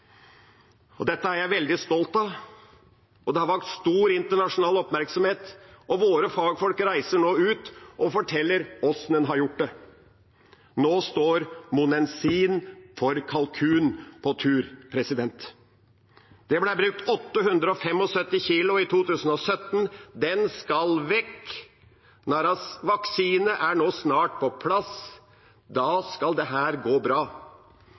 Dette er jeg veldig stolt av, og det har vakt stor internasjonal oppmerksomhet. Våre fagfolk reiser nå ut og forteller hvordan en har gjort det. Nå står monensin til kalkun for tur. Det ble brukt 875 kg i 2017. Den skal vekk. Vaksine er snart på plass. Da skal dette gå bra.